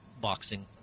boxing